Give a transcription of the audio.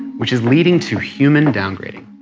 which is leading to human downgrading